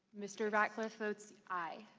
mr. ratcliffe votes i.